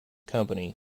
company